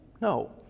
No